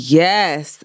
yes